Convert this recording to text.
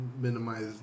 minimize